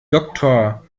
doktor